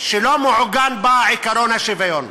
שלא מעוגן בה עקרון השוויון.